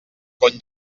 cony